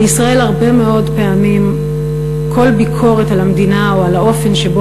בישראל פעמים רבות כל ביקורת על המדינה או על האופן שבו